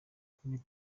kandi